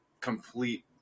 complete